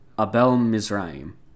Abel-Mizraim